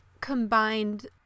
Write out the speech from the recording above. combined